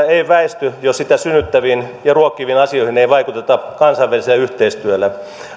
ei väisty jos sitä synnyttäviin ja ruokkiviin asioihin ei vaikuteta kansainvälisellä yhteistyöllä